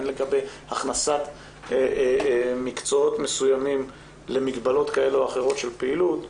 הן לגבי הכנסת מקצועות מסוימים למגבלות כאלה או אחרות של פעילות,